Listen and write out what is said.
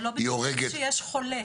אנחנו לא בטוחים שיש חולה.